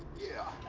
yeah.